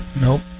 Nope